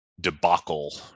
debacle